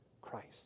Christ